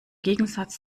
gegensatz